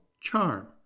charm